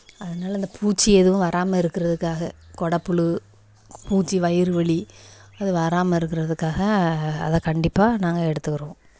அதனால் இந்த பூச்சி எதுவும் வராமல் இருக்கிறதுக்காக கொடல் புழு பூச்சி வயிறுவலி அது வராமல் இருக்கிறதுக்காக அதை கண்டிப்பாக நாங்கள் எடுத்துக்கிடுவோம்